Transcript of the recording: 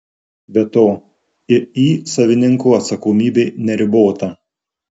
be to iį savininko atsakomybė neribota